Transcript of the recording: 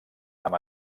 amb